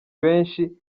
benshi